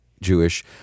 Jewish